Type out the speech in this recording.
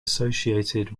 associated